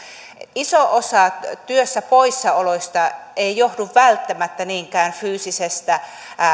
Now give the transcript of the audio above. iso osa työstä poissaoloista ei johdu välttämättä niinkään fyysisestä